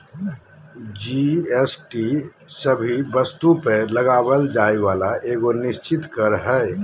GST सभे वस्तु पर लगावल जाय वाला एगो निश्चित कर हय